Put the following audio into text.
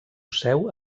seu